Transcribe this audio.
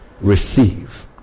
receive